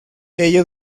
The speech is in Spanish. ello